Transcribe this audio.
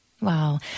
Wow